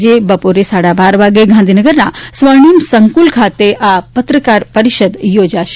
આજે બપોરે સાડા બાર વાગે ગાંધીનગરના સ્વર્ણિમ સંકુલ ખાતે આ પત્રકાર પરિષદ યોજાશે